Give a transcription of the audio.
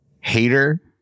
Hater